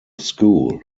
school